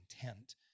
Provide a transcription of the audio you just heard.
intent